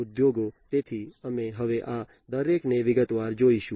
ઉદ્યોગો તેથી અમે હવે આ દરેકને વિગતવાર જોઈશું